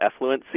Effluency